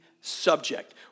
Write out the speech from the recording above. subject